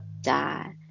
die